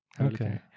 okay